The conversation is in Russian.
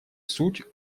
суть